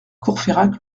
courfeyrac